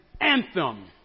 anthem